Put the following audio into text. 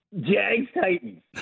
Jags-Titans